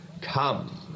come